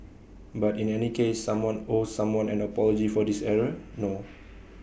but in any case someone owes someone an apology for this error no